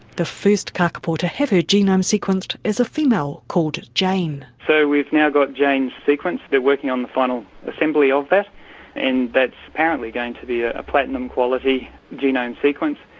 the first kakapo to have her genome sequenced is a female called jane. so we've now got jane's sequence. they are working on the final assembly of that, and that is apparently going to be a platinum-quality genome sequence.